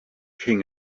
king